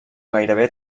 gairebé